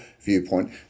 viewpoint